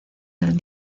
del